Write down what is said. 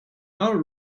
are